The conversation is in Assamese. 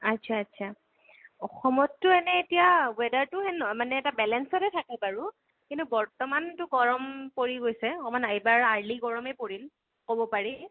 আচ্ছা আচ্ছা অসমততো এনেই এতিয়া ৱেডাৰটো হে মানে এটা বেলেন্সতে থাকে বাৰু কিন্তু বৰ্তমানটো গৰম পৰি গৈছে অকমান এইবাৰ আৰ্লি গৰমেই পৰিল ক'ব পাৰি